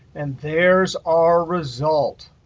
and there's our result.